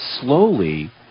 slowly